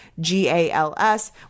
G-A-L-S